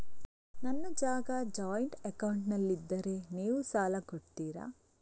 ನನ್ನ ಜಾಗ ಜಾಯಿಂಟ್ ಅಕೌಂಟ್ನಲ್ಲಿದ್ದರೆ ನೀವು ಸಾಲ ಕೊಡ್ತೀರಾ?